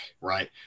Right